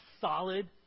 solid